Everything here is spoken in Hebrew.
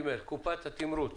"קופת התמרוץ